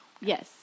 Yes